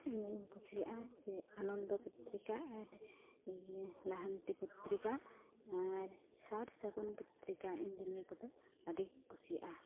ᱤᱧᱫᱚᱧ ᱠᱩᱥᱤᱭᱟᱜᱼᱟ ᱡᱮ ᱟᱱᱚᱱᱫᱚ ᱯᱚᱛᱨᱤᱠᱟ ᱟᱨ ᱤᱭᱟᱹ ᱞᱟᱦᱟᱱᱛᱤ ᱯᱚᱛᱨᱤᱠᱟ ᱟᱨ ᱥᱟᱨᱥᱟᱜᱩᱱ ᱯᱚᱛᱨᱤᱠᱟ ᱤᱧ ᱫᱚ ᱱᱤᱭᱟᱹ ᱠᱚᱫᱚ ᱟᱰᱤᱧ ᱠᱩᱥᱤᱭᱟᱜᱼᱟ